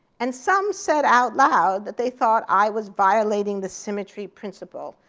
and some said out loud that they thought i was violating the symmetry principle.